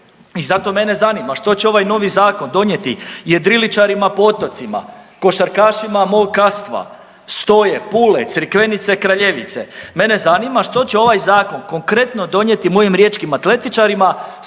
I zato mene zanima što će ovaj novi zakon donijeti jedriličarima po otocima, košarkašima mog Kastva, Stoje, Pule, Crikvenice, Kraljevice? Mene zanima što će ovaj zakon konkretno donijeti mojim riječkim atletičarima,